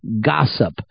gossip